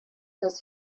does